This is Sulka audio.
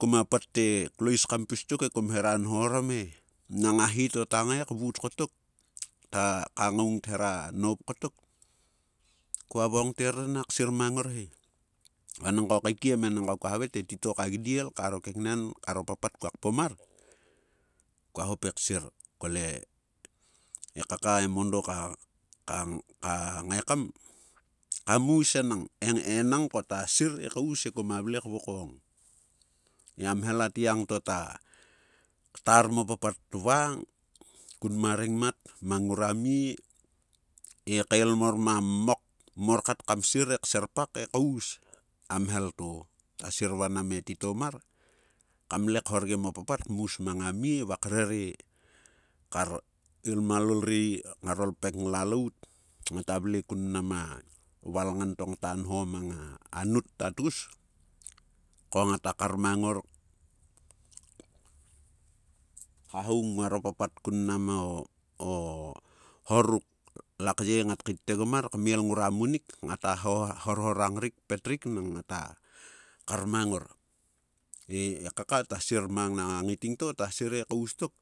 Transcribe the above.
Koma pat te, klois kam pis tok e kom hera nho orom he. Nang a hi to ta ngae kvut kotok ka ngaung thera noup kotok, kua vokong te, 'erieto nak ksir mang ngor he'. Vanangko kaikiem enang ko kua havae te etitou ka gidiel, karo keknen, karo papat kua kpom mar, kua hop eksir kkole, e kaka emondo ka ngae kam, kam us enang enang ko ta sir e kaus he koma vle kvokong. Ite a mhel atgiang to ta ktar mo papat vang, kun ma rengmat, mang ngora mie, ekael mor ma mmok, mor kat kam sir he kserpak e kaus, a mhel to. Ta sir vanam e titou mor kam le khorgem o papat kmus mang a mie va krere kar ilmalol ri ngaro lpek nglalaut ngata vle kun mnam a valngan to ngta nho manga-anut ta tgus ko ngata kar mang ngor, hahoung ngua no papat kun mnam o hor ruk lakyei ngat kaittiegom mar kmel ngrua munik, ngata horhorang rik, petrik nang ngta karmang ngor. He, e kaka ta sir he kaus tok,